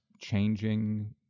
changing